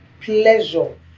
pleasure